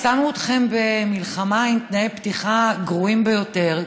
שמו אתכם במלחמה עם תנאי פתיחה גרועים ביותר,